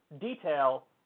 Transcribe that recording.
detail